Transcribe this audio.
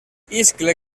iscle